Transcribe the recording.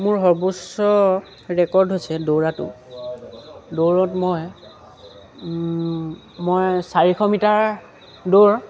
মোৰ সৰ্বোচ্চ ৰেকৰ্ড হৈছে দৌৰাটো দৌৰত মই মই চাৰিশ মিটাৰ দৌৰ